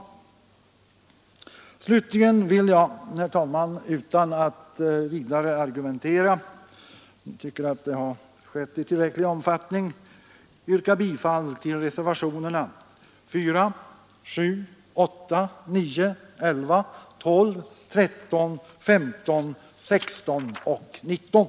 Måndagen den Slutligen vill jag, herr talman, utan att vidare argumentera — jag tycker 28 maj 1973 att det har skett i tillräcklig omfattning — yrka bifall till reservationerna